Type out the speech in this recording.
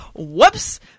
Whoops